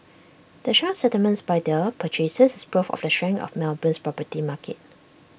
the strong settlements by the purchasers is proof of the strength of Melbourne's property market